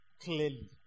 clearly